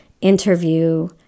interview